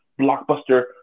Blockbuster